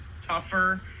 tougher